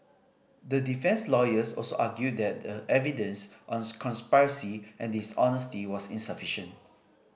the defence lawyers also argued that the evidence on conspiracy and dishonesty was insufficient